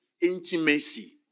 intimacy